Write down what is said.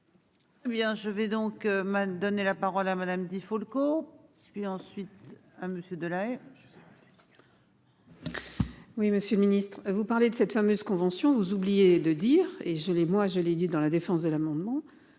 je vais donc Man, donner la parole à Madame Di Folco ce ensuite un monsieur de La Haye.-- Oui, Monsieur le Ministre, vous parlez de cette fameuse convention vous oubliez de dire et je l'ai moi je l'ai dit dans la défense de l'amendement